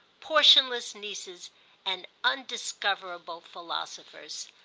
portionless nieces and undiscoverable philosophers.